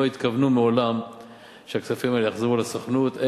לא התכוונו מעולם שהכספים האלה יחזרו לסוכנות,